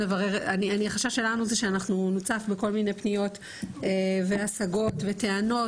החשש שלנו זה שאנחנו נוצף בכל מיני פניות והשגות וטענות